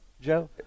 Joe